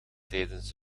tijdens